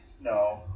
No